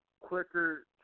quicker